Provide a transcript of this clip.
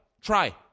Try